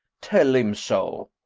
tell him so.